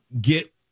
get